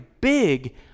big